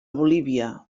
bolívia